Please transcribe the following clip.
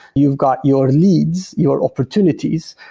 you've got your leads, your opportunities,